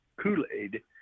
Kool-Aid